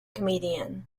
comedian